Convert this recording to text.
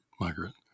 migrant